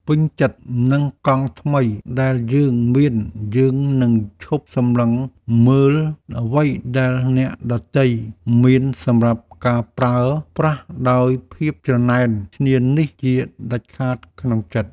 ពេញចិត្តនឹងកង់ថ្មីដែលយើងមានយើងនឹងឈប់សម្លឹងមើលអ្វីដែលអ្នកដទៃមានសម្រាប់ការប្រើប្រាស់ដោយភាពច្រណែនឈ្នានីសជាដាច់ខាតក្នុងចិត្ត។